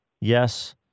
yes